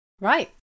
Right